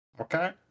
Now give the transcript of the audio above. Okay